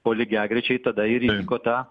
o lygiagrečiai tada ir įvyko ta